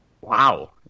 Wow